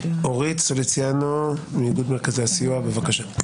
אורית סוליציאנו מאיגוד מרכזי הסיוע, בבקשה.